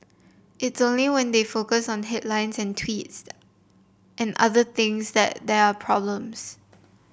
it's only when they focus on headlines and tweets and other things that there are problems